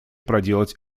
проделать